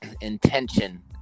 intention